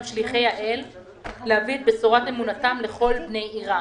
שליחי האל להביא את בשורת אמונתם לכל בני עירם.